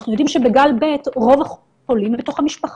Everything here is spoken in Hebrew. אנחנו יודעים שבגל ב' רוב החולים הם מתוך המשפחה.